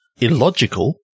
Illogical